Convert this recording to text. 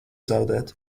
zaudēt